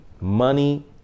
money